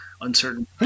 uncertain